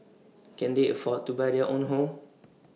can they afford to buy their own home